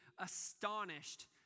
astonished